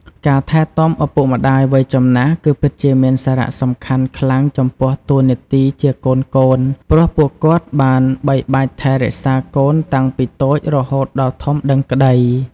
ការថែទំាឳពុកម្តាយវ័យចំណាស់គឺពិតជាមានសារៈសំខាន់ខ្លាំងចំពោះតួនាទីជាកូនៗ ព្រោះពួកគាត់បានបីបាច់ថែរក្សាកូនតាំងពីតូចរហូតដល់ធំដឹងក្តី។